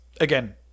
again